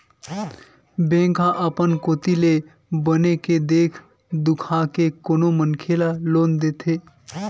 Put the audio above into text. bank ह अपन कोती ले बने के देख दुखा के कोनो मनखे ल लोन देथे